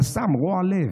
אבל סתם, רוע לב.